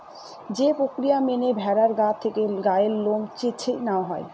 যে প্রক্রিয়া মেনে ভেড়ার গা থেকে গায়ের লোম চেঁছে নেওয়া হয়